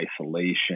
isolation